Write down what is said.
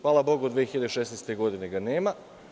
Hvala Bogu, od 2016. godine ga nema.